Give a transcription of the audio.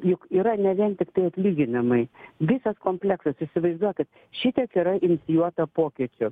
juk yra ne vien tiktai atlyginimai visas kompleksas įsivaizduokit šitiek yra inicijuota pokyčių